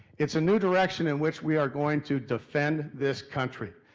it's a new direction in which we are going to defend this country.